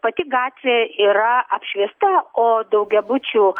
pati gatvė yra apšviesta o daugiabučių